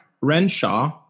Renshaw